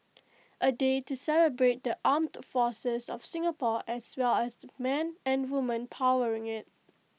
A day to celebrate the armed forces of Singapore as well as the men and women powering IT